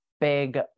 big